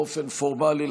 באופן פורמלי,